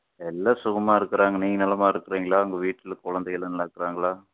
எல்லாம் சுகமாக இருக்கிறாங்க நீங்கள் நலமா இருக்கிறீங்களா உங்கள் வீட்டில் குழந்தைகளாம் நல்லா இருக்கிறாங்களா